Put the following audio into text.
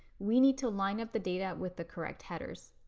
we need to line up the data with the correct headers.